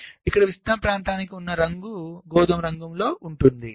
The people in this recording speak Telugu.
కాబట్టి ఇక్కడ విస్తరణ ప్రాంతానికి ఉన్న రంగు గోధుమ రంగులో ఉంటుంది